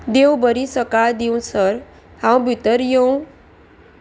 देव बरी सकाळ दिवं सर हांव भितर येवं